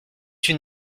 une